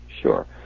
Sure